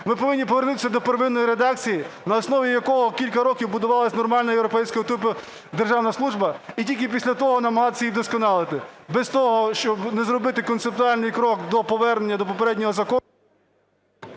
Ми повинні повернутися до первинної редакції, на основі якої кілька років будувалась нормальна, європейського типу державна служба, і тільки після того намагатися її вдосконалити. Без того, щоб не зробити концептуальний крок до повернення до попереднього закону…